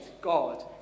God